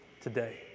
today